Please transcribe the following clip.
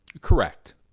Correct